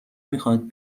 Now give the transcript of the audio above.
میخواد